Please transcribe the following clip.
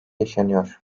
yaşanıyor